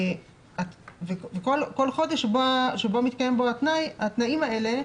כל חודש שבו מתקיימים התנאים האלה,